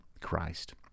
Christ